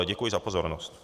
Děkuji za pozornost.